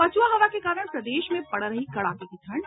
पछुआ हवा के कारण प्रदेश में पड़ रही कड़ाके की ठंड